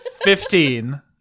Fifteen